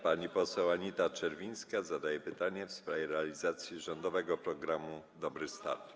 Pani poseł Anita Czerwińska zadaje pytanie w sprawie realizacji rządowego programu „Dobry start”